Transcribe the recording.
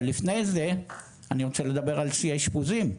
אבל לפני זה אני רוצה לדבר על שיא האישפוזים.